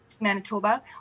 Manitoba